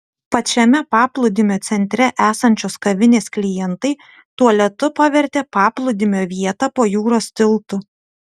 pačiame paplūdimio centre esančios kavinės klientai tualetu pavertė paplūdimio vietą po jūros tiltu